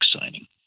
signing